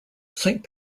saint